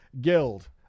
guild